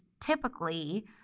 typically